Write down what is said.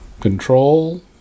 control